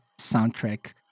soundtrack